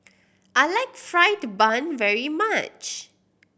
I like fried bun very much